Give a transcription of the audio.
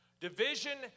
Division